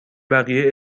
بقیه